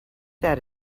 that